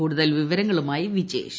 കൂടുതൽ വിവരങ്ങളുമായി വിജേഷ്